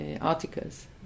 articles